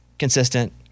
Consistent